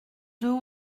deux